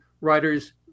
writers